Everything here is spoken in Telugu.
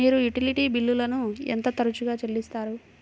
మీరు యుటిలిటీ బిల్లులను ఎంత తరచుగా చెల్లిస్తారు?